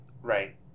Right